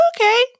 Okay